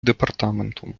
департаментом